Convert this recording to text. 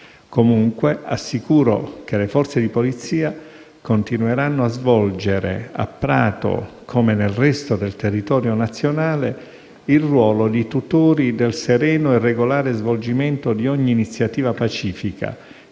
Comunque, assicuro che le Forze di polizia continueranno a svolgere, a Prato come nel resto del territorio nazionale, il ruolo di tutori del sereno e regolare svolgimento di ogni iniziativa pacifica,